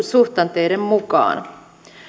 suhdanteiden mukaan